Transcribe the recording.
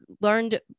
learned